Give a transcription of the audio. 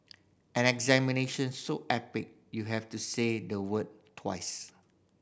an examination so epic you have to say the word twice